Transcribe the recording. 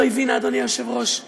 מיקי זוהר לאחרונה,